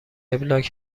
وبلاگ